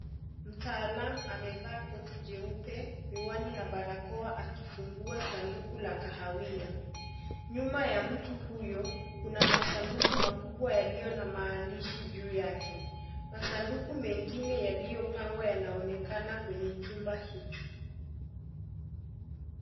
Mtaalam amevaa koti jeupe, miwani na barakoa akifungua sanduku la kahawia, nyuma ya mtu huyo kuna masanduku makubwa yaliyo na maandishi juu yake, masanduku mengine yaliyopangwa yanaonekana kwenye chumba hicho.